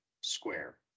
square